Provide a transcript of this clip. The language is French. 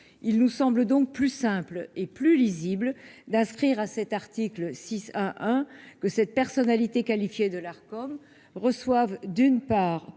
il nous semble donc plus simple et plus lisible d'inscrire à cet article 6 à hein que cette personnalité qualifiée de l'Arcom reçoivent d'une part,